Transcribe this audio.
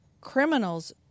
criminals